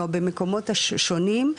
או במקומות שונים,